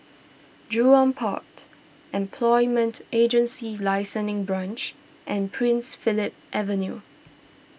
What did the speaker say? Jurong Port Employment Agency Licensing Branch and Prince Philip Avenue